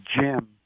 jim